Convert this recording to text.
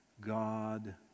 God